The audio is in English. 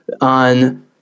on